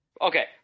Okay